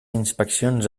inspeccions